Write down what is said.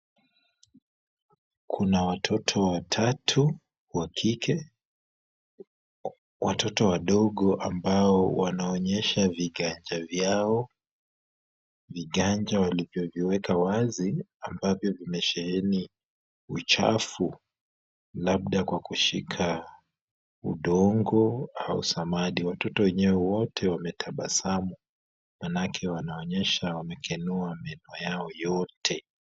Kuna watoto watatu wa kike, watoto wandogo ambao wanaonyesha viganja vyao, viganja walivyo viweka wazi ambavyo vimesheheni uchafu labda kwa kushika udongo au samadi, watoto wenyewe wote wametabasamu maanake wanaonyesha wamekenua meno yao yote.